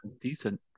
decent